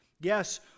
Yes